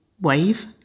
Wave